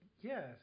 Yes